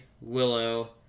Willow